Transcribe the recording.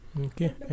Okay